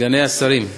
סגני השרים,